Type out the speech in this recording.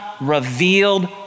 revealed